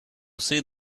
see